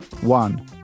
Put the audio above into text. One